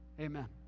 amen